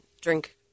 drink